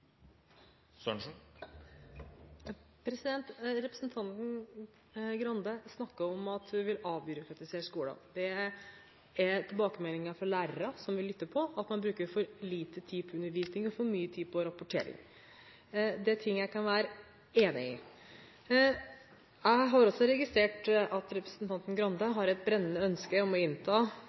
Representanten Skei Grande snakket om at hun vil avbyråkratisere skolen. Tilbakemeldinger fra lærere, som vi lytter på, går på at man bruker for lite tid til undervisning og for mye tid på rapportering. Det er ting jeg kan være enig i. Jeg har også registrert at representanten Skei Grande har et brennende ønske om å innta